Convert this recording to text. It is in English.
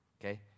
okay